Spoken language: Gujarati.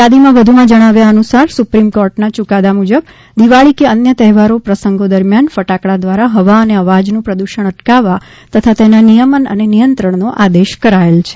થાદીમાં વધુમાં જણાવ્યાનુસાર સુપ્રિમ કોર્ટના યુકાદા મુજબ દિવાળી કે અન્ય તહેવારો પ્રસંગો દરમિયાન ફટાકડા દ્વારા હવા અને અવાજનું પ્રદૂષણ અટકાવવા તથા તેના નિયમન અને નિયંત્રણનો આદેશ કરાચેલ છે